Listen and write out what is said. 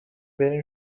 بریم